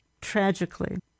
tragically